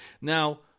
Now